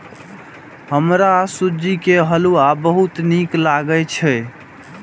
हमरा सूजी के हलुआ बहुत नीक लागैए